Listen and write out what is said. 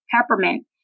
peppermint